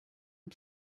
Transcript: and